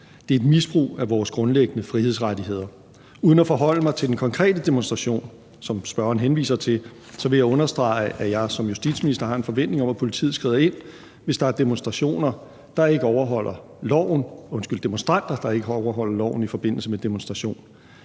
Det er et misbrug af vores grundlæggende frihedsrettigheder. Uden at forholde mig til den konkrete demonstration, som spørgeren henviser til, vil jeg understrege, at jeg som justitsminister har en forventning om, at politiet skrider ind, hvis der er demonstranter, der ikke overholder loven i forbindelse med en demonstration.